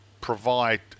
provide